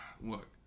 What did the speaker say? Look